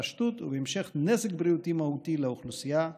התפשטות ובהמשך נזק בריאותי מהותי לאוכלוסייה בישראל.